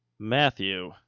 Matthew